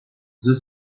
the